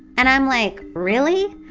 and i'm like really?